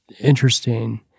interesting